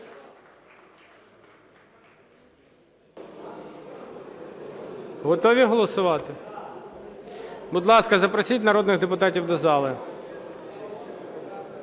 Готові голосувати? Будь ласка, запросіть народних депутатів до зали.